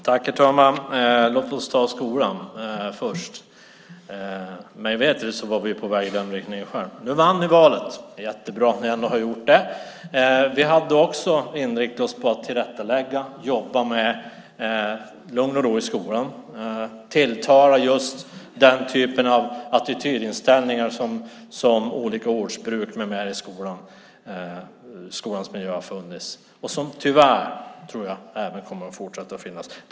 Herr talman! Låt oss ta skolan först! Mig veterligt var vi på väg i den riktningen själva. Nu vann ni valet. Det är jättebra att ni nu har gjort detta. Vi hade också inriktat oss på att tillrättalägga, jobba med lugn och ro i skolan, jobba med tilltal, just den typen av attitydinställningar som handlar om bruket av olika ord mera i skolan. Detta har funnits i skolans miljö, och jag tror tyvärr att det kommer att fortsätta att finnas.